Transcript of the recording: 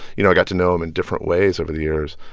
you know, i got to know him in different ways over the years.